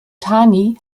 thani